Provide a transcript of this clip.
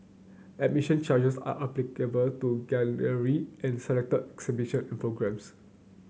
admission charges are applicable to gallery and selected exhibition and programmes